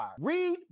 Read